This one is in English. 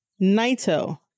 Naito